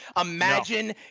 Imagine